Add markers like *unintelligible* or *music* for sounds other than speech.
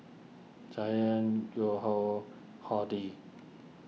Giant *unintelligible* Horti